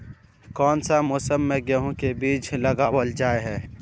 कोन सा मौसम में गेंहू के बीज लगावल जाय है